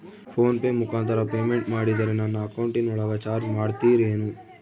Phone pay ಮುಖಾಂತರ payment ಮಾಡಿದರೆ ನನ್ನ ಅಕೌಂಟಿನೊಳಗ ಚಾರ್ಜ್ ಮಾಡ್ತಿರೇನು?